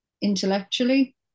intellectually